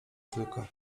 tylko